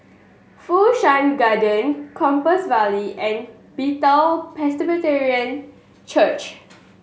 Fu Shan Garden Compassvale and Bethel Presbyterian Church